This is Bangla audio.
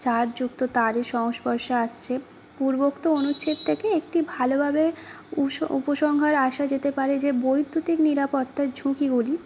চার্জযুক্ত তারের সংস্পর্শে আসছে পূর্বক্ত অনুচ্ছেদ থেকে একটি ভালোভাবে উপসংহারে আসা যেতে পারে যে বৈদ্যুতিক নিরাপত্তার ঝুঁকিগুলি